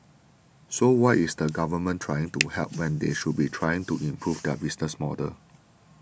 so why is the government trying to help when they should be trying to improve their business model